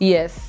Yes